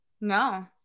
No